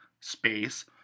space